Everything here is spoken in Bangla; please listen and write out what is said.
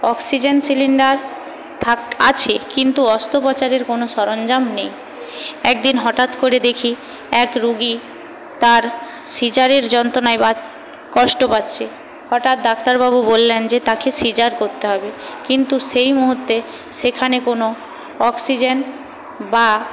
অক্সিজেন সিলিন্ডার আছে কিন্তু অস্ত্রপচারের কোনো সরঞ্জাম নেই একদিন হঠাৎ করে দেখি এক রুগী তার সিজারের যন্ত্রণায় কষ্ট পাচ্ছে হঠাৎ ডাক্তারবাবু বললেন যে তাকে সিজার করতে হবে কিন্তু সেই মুহূর্তে সেখানে কোনো অক্সিজেন বা